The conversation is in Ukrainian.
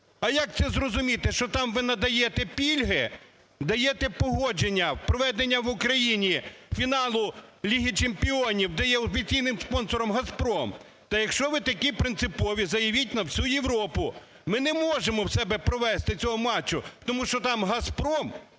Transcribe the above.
А як це зрозуміти, що там ви надаєте пільги, даєте погодження проведення в Україні фіналу Ліги чемпіонів, де є офіційним спонсором "Газпром"? То, якщо ви такі принципові, заявіть на всю Європу, ми не можемо в себе провести цього матчу, тому що там "Газпром"